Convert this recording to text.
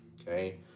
okay